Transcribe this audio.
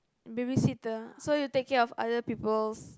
babysitter so you take care of other peoples